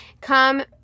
come